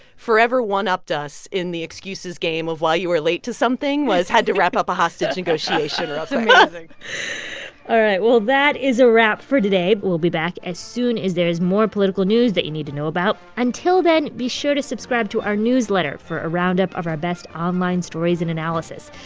forever one-upped us in the excuses game of why you were late to something was had to wrap up a hostage negotiation real quick that's amazing all right. well, that is a wrap for today. but we'll be back as soon as there is more political news that you need to know about. until then, be sure to subscribe to our newsletter for a roundup of our best online stories and analysis.